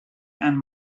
and